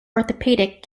orthopaedic